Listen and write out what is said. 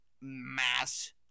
mass